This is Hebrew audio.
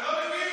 אתה לא מבין.